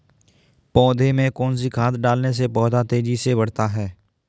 पौधे में कौन सी खाद डालने से पौधा तेजी से बढ़ता है?